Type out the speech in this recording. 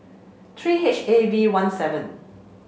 three H A V one seven